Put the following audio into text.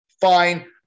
Fine